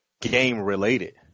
game-related